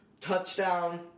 touchdown